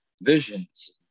Visions